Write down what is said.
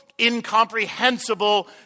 incomprehensible